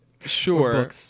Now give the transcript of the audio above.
Sure